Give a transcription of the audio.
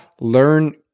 learn